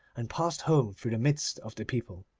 and passed home through the midst of the people.